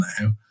now